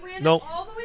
No